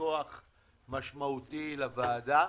כוח משמעותי בוועדה.